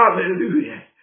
Hallelujah